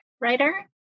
writer